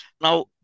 Now